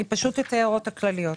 אני פשוט נותנת את ההערות הכלליות.